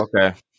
Okay